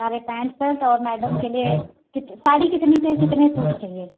अरे pant shirt और madam के लिए कित साड़ी कितनी चाहिए कितने सूट चाहिए